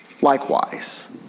likewise